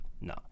no